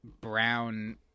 brown